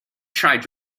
tried